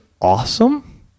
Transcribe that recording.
awesome